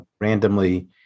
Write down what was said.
randomly